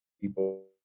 people